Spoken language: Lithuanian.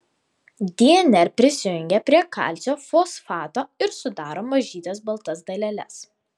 dnr prisijungia prie kalcio fosfato ir sudaro mažytes baltas daleles